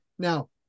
Now